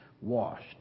washed